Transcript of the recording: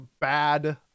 bad